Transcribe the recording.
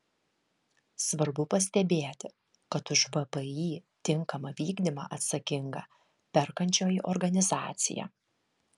svarbu pastebėti kad už vpį tinkamą vykdymą atsakinga perkančioji organizacija